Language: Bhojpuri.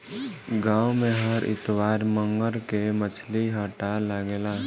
गाँव में हर इतवार मंगर के मछली हट्टा लागेला